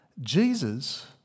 Jesus